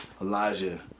Elijah